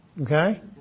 Okay